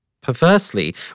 Perversely